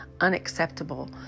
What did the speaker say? unacceptable